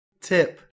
Tip